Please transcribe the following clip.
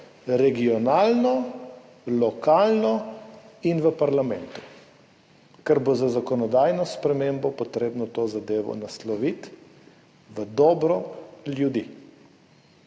regionalno, lokalno in v parlamentu, ker bo za zakonodajno spremembo potrebno to zadevo nasloviti v dobro ljudi.